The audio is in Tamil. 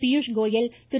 பியூஷ்கோயல் திரு